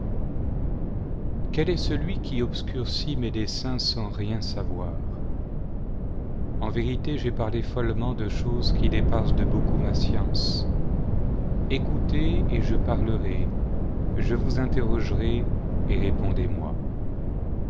qael est celui qui obscurcit mes desseins sans rien savoir en vérité j'ai parlé follement de choses qui dépassaient de beaucoup ma science écoutez et je parlerai je vous interrogerai et répondez